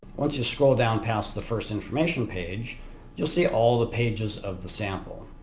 once you scroll down past the first information page you'll see all the pages of the sample.